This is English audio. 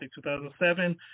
2007